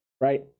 right